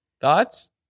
Thoughts